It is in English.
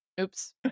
Oops